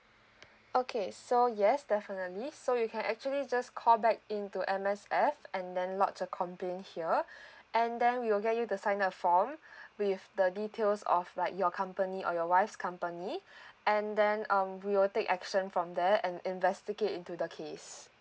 okay so yes definitely so you can actually just call back into M_S_F and then lodge a complaint here and then we will get you the sign up form with the details of like your company or your wife's company and then um we will take action from there and investigate into the case